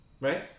right